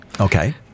Okay